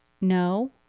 no